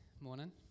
morning